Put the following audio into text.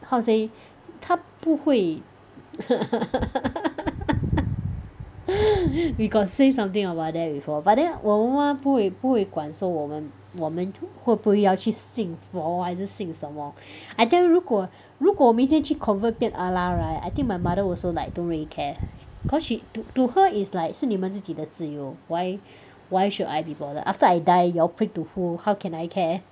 how to say 她不会 we got say something about that before but then 我妈妈不会不会管说我们我们会不会要去是信佛还是信什么 I think 如果如果我明天去 convert 变 Allah right I think my mother also like don't really care cause she to to her it's like 是你们自己的自由 why why should I be bothered after I die you all prayed to who how can I care